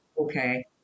okay